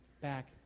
back